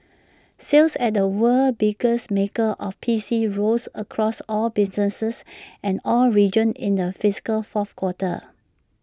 sales at the world's biggest maker of PCs rose across all businesses and all regions in the fiscal fourth quarter